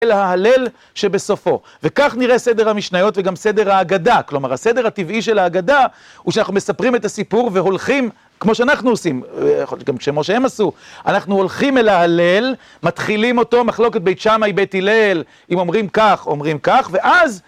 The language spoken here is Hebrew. אל ההלל שבסופו, וכך נראה סדר המשניות וגם סדר ההגדה כלומר הסדר הטבעי של ההגדה הוא שאנחנו מספרים את הסיפור והולכים כמו שאנחנו עושים, ויכול להיות גם כמו שהם עשו אנחנו הולכים אל ההלל, מתחילים אותו, מחלוקת בית שמאי בית הלל אם אומרים כך, אומרים כך, ואז..